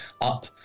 up